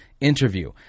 interview